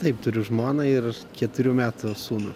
taip turiu žmoną ir keturių metų sūnų